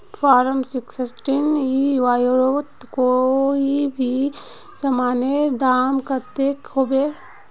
Form sixteen ई व्यापारोत कोई भी सामानेर दाम कतेक होबे?